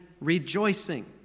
rejoicing